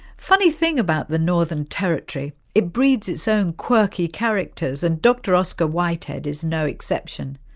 funny thing about the northern territory it breeds its own quirky characters and dr oscar whitehead is no exception.